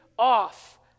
off